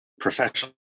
professional